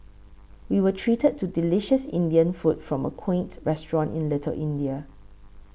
we were treated to delicious Indian food from a quaint restaurant in Little India